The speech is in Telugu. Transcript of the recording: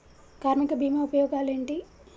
కార్మిక బీమా ఉపయోగాలేంటి?